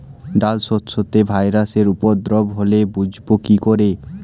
ডাল শস্যতে ভাইরাসের উপদ্রব হলে বুঝবো কি করে?